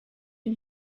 and